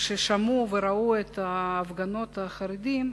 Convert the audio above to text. כששמעו וראו את הפגנות החרדים,